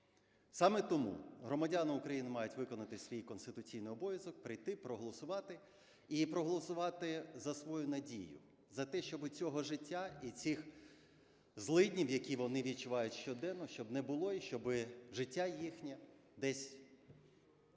Саме тому громадяни України мають виконати свій конституційний обов'язок - прийти проголосувати. І проголосувати за свою надію, за те, щоби цього життя і цих злиднів, які вони відчувають щоденно, щоб не було, і щоби життя їхнє десь могло